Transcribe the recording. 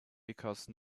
because